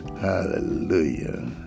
hallelujah